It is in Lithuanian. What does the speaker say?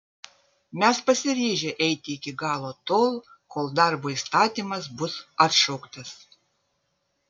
mes pasiryžę eiti iki galo tol kol darbo įstatymas bus atšauktas